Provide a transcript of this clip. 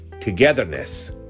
togetherness